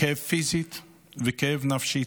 כאב פיזי וכאב נפשי,